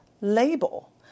label